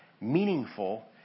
meaningful